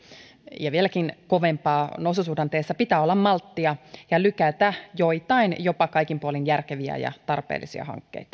ja vieläkin kovempaa noususuhdanteessa pitää olla malttia ja lykätä joitain jopa kaikin puolin järkeviä ja tarpeellisia